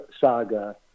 saga